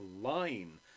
line